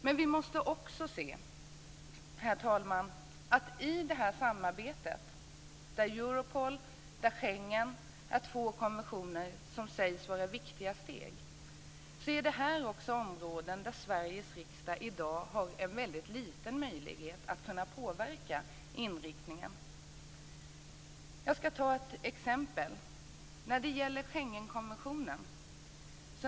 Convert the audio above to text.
Men vi måste också se, herr talman, att det i det här samarbetet, där Europol och Schengen är två konventioner som sägs vara viktiga steg, finns områden där Sveriges riksdag i dag har en mycket liten möjlighet att påverka inriktningen. Jag ska ta ett exempel som gäller Schengenkonventionen.